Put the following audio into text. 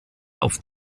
auf